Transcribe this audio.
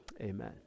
amen